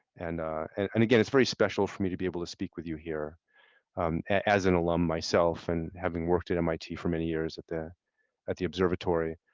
and and and again, it's very special for me to be able to speak with you here as an alum myself and having worked at mit for many years at the at the observatory.